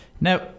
Now